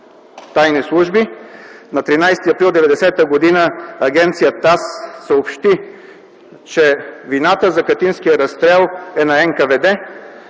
тайни служби. На 13 април 1990 г. Агенция ТАСС съобщи, че вината за катинския разстрел е на НКВД,